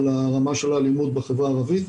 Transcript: על הרמה של האלימות בחברה הערבית,